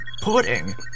pudding